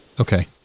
Okay